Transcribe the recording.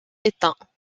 éteints